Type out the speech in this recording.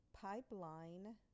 pipeline